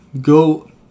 go